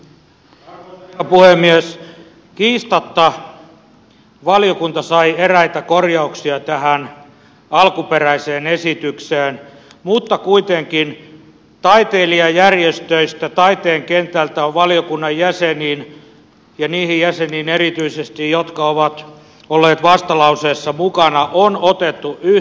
kiistatta valiokunta sai eräitä korjauksia tähän alkuperäiseen esitykseen mutta kuitenkin taiteilijajärjestöistä taiteen kentältä on valiokunnan jäseniin ja niihin jäseniin erityisesti jotka ovat olleet vastalauseessa mukana otettu yhteyttä